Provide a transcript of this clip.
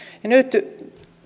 nyt